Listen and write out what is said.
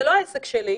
זה לא העסק שלי.